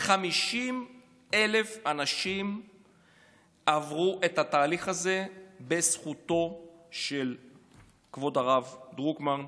50,000 אנשים עברו את התהליך הזה בזכותו של כבוד הרב דרוקמן,